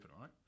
right